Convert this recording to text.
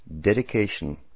dedication